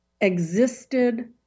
existed